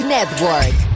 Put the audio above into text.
Network